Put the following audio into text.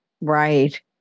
Right